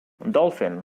dolphin